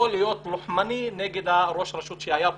להיות לוחמני כלפי מי שהיה באופוזיציה.